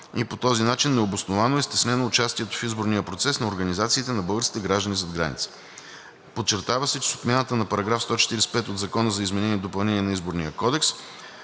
и по този начин необосновано е стеснено участието в изборния процес на организациите на българските граждани зад граница. Подчертава се, че с отмяната на § 145 от Закона за изменение и допълнение на Изборния кодекс